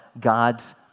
God's